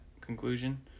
conclusion